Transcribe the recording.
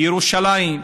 ירושלים,